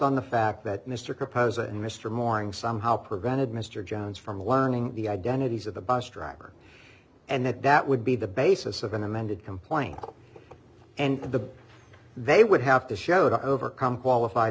on the fact that mr propose and mr morning somehow prevented mr johns from learning the identities of the bus driver and that that would be the basis of an amended complaint and the they would have to show to overcome qualified